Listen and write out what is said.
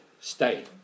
stay